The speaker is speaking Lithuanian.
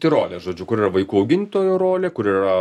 tai rolė žodžiu kur yra vaikų augintojų rolė kur yra